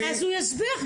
הוא יסביר,